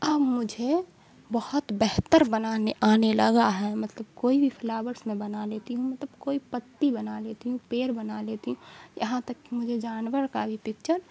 اب مجھے بہت بہتر بنانے آنے لگا ہے مطلب کوئی بھی فلاورس میں بنا لیتی ہوں مطلب کوئی پتی بنا لیتی ہوں پیڑ بنا لیتی ہوں یہاں تک کہ مجھے جانور کا بھی پکچر